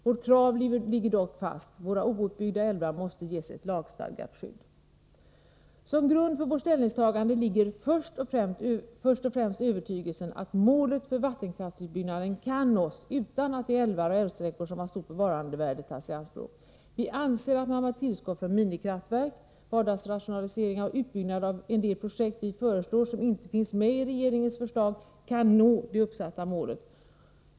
Vårt krav ligger dock fast: Våra outbyggda älvar måste ges ett lagstadgat skydd. Som grund för vårt ställningstagande ligger först och främst övertygelsen att målet för vattenkraftsutbyggnaden kan nås, utan att de älvar och älvsträckor som har stort bevarandevärde tas i anspråk. Vi anser att man med tillskott från minikraftverk, vardagsrationaliseringar och utbyggnad av en del projekt, som vi föreslår men som inte finns med i regeringens förslag, kan nå det uppsatta målet.